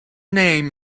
name